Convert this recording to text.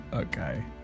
Okay